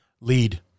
lead